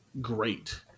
great